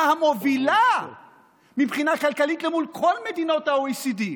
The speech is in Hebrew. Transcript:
המובילה מבחינה כלכלית מול כל מדינות ה-OECD.